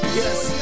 yes